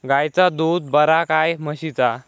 गायचा दूध बरा काय म्हशीचा?